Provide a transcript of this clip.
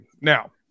Now